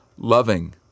loving